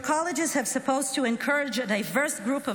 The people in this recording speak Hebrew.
Your colleges are supposed to encourage a diverse group of